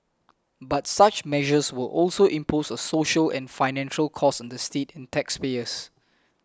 but such measures will also impose a social and financial costs on the state and taxpayers